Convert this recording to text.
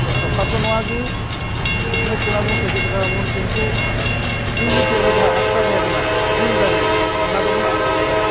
ᱛᱚ ᱛᱚᱯᱷᱟᱛ ᱫᱚ ᱱᱚᱣᱟ ᱜᱮ ᱥᱤᱠᱷᱱᱟᱹᱛ ᱠᱟᱱᱟᱵᱚᱱ ᱥᱮᱪᱮᱫ ᱠᱟᱱᱟᱵᱚᱱ ᱠᱤᱱᱛᱩ ᱤᱭᱩᱱᱤᱴᱤ ᱟᱵᱚ ᱡᱟᱦᱟᱸ ᱮᱠᱛᱟ ᱛᱟᱦᱮᱸ ᱠᱟᱱᱟ ᱫᱤᱞ ᱫᱟᱲᱮ ᱚᱱᱟ ᱫᱚᱵᱚᱱ ᱟᱫ ᱠᱟᱫᱟ